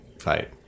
fight